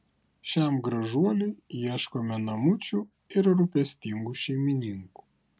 šiam gražuoliui ieškome namučių ir rūpestingų šeimininkų